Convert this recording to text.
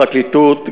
הפרקליטות,